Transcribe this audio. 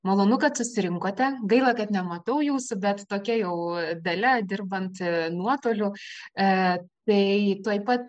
malonu kad susirinkote gaila kad nematau jūsų bet tokia jau dalia dirbanti nuotoliu tai tuoj pat